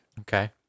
Okay